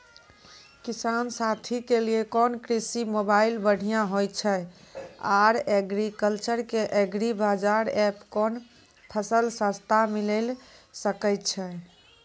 किसान साथी के लिए कोन कृषि मोबाइल बढ़िया होय छै आर एग्रीकल्चर के एग्रीबाजार एप कोन फसल सस्ता मिलैल सकै छै?